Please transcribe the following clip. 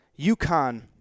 UConn